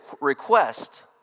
request